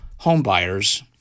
homebuyers